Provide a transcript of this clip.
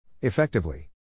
Effectively